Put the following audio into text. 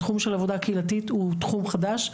התחום של עבודה קהילתית הוא תחום חדש,